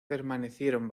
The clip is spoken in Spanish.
permanecieron